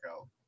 out